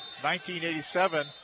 1987